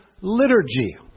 liturgy